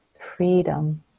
freedom